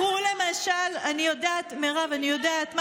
אני יודעת, מירב, אני יודעת.